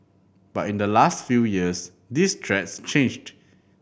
but in the last few years these threats changed